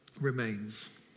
remains